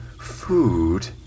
Food